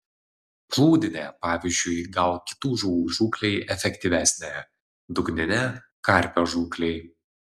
plūdinė pavyzdžiui gal kitų žuvų žūklei efektyvesnė dugninė karpio žūklei